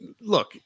look